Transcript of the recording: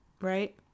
Right